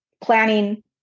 planning